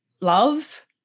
love